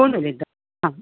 कोण उलयता हां